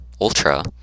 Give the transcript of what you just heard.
ultra